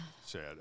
sad